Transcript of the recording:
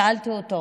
שאלתי אותו: